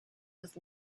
with